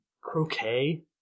croquet